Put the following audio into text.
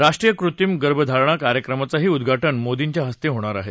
राष्ट्रीय कृत्रिम गर्भ धारणा कार्यक्रमाचं उदघाज्ञही मोदींच्या हस्ते होणार आहे